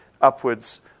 upwards